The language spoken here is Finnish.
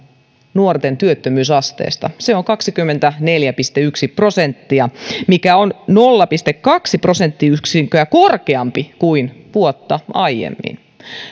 nuorten työttömyysasteesta se on kaksikymmentäneljä pilkku yksi prosenttia mikä on nolla pilkku kaksi prosenttiyksikköä korkeampi kuin vuotta aiemmin